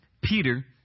Peter